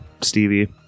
Stevie